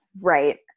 Right